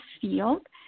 field